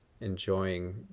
enjoying